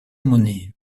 monnaie